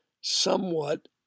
somewhat